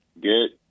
Good